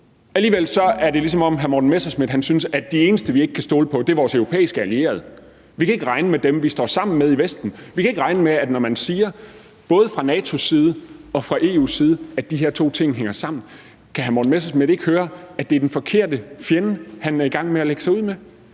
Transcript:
Alligevel er det, som om hr. Morten Messerschmidt synes, at de eneste, vi ikke kan stole på, er vores europæiske allierede. Vi kan ikke regne med dem, vi står sammen med i Vesten; vi kan ikke regne med det, når man siger både fra NATO's side og fra EU's side, at de to ting hænger sammen. Kan hr. Morten Messerschmidt ikke høre, at det er den forkerte fjende, han er i gang med at lægge sig ud med?